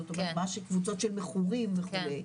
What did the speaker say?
זאת אומרת ממש קבוצות של מכורים וכו',